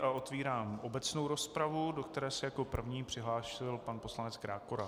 Otevírám obecnou rozpravu, do které se jako první přihlásil pan poslanec Krákora.